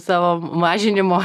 savo mažinimo